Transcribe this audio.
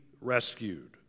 Rescued